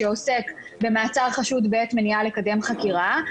שעוסק במעצר חשוד בעת מניעה לקדם חקירה.